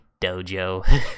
dojo